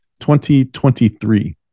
2023